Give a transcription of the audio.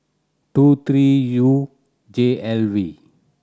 two three U J L V